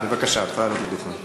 בבקשה, את יכולה לעלות לדוכן.